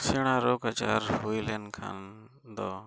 ᱥᱮᱬᱟ ᱨᱳᱜᱽᱼᱟᱡᱟᱨ ᱦᱩᱭ ᱞᱮᱱᱠᱷᱟᱱ ᱫᱚ